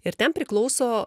ir ten priklauso